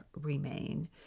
remain